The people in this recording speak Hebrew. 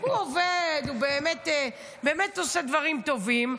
הוא עובד, הוא באמת עושה דברים טובים.